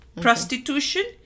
prostitution